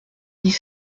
dix